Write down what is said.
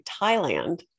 Thailand